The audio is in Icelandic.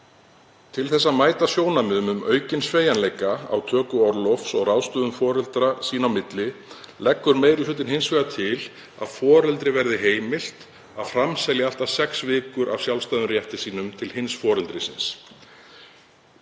„Til þess að mæta sjónarmiðum um aukinn sveigjanleika á töku orlofs og ráðstöfun foreldra sín á milli leggur meiri hlutinn hins vegar til að foreldri verði heimilt að framselja allt að sex vikur af sjálfstæðum rétti sínum til hins foreldrisins.“